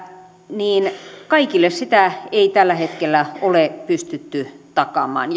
niin kaikille sitä ei tällä hetkellä ole pystytty takaamaan